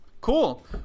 Cool